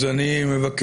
אז אני מבקש,